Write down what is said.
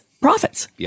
profits